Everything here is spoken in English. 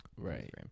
Right